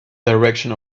direction